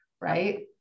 right